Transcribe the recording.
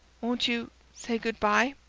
won't you say good-bye?